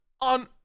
on